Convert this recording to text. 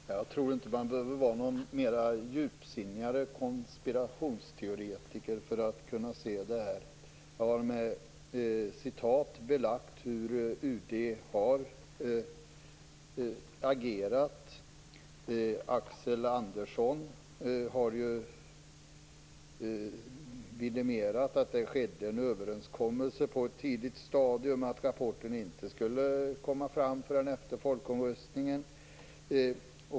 Herr talman! Jag tror inte att man behöver vara någon djupsinnig konspirationsteoretiker för att kunna se det här. Jag har med citat belagt hur UD har agerat. Axel Andersson har vidimerat att det skedde en överenskommelse på ett tidigt stadium om att rapporten inte skulle komma fram förrän efter folkomröstningen.